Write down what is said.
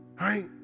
Right